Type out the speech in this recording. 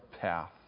path